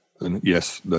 Yes